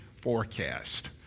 forecast